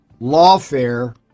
lawfare